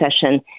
session